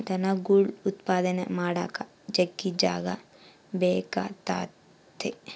ದನಗುಳ್ ಉತ್ಪಾದನೆ ಮಾಡಾಕ ಜಗ್ಗಿ ಜಾಗ ಬೇಕಾತತೆ